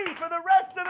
for the rest